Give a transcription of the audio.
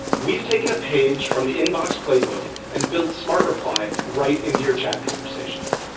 we've taken a page from the inbox playbook and built smart reply right into your chat conversations.